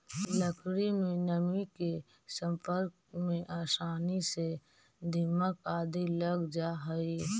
लकड़ी में नमी के सम्पर्क में आसानी से दीमक आदि लग जा हइ